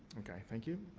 okay. thank you.